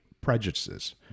prejudices